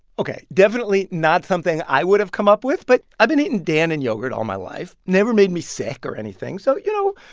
ok, definitely not something i would have come up with. but i've been eating dannon yogurt all my life, never made me sick or anything. so, you know,